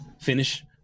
finish